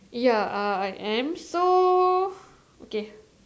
ya uh I am so okay